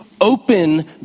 Open